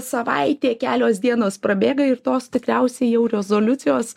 savaitė kelios dienos prabėga ir tos tikriausiai jau rezoliucijos